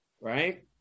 right